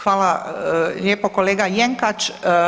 Hvala lijepo, kolega Jenkač.